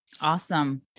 Awesome